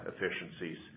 efficiencies